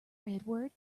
edward